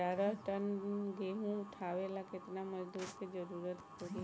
ग्यारह टन गेहूं उठावेला केतना मजदूर के जरुरत पूरी?